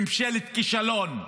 ממשלת כישלון.